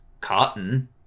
cotton